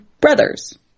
brothers